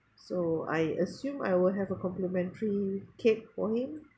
so I assume I will have a complimentary cake for him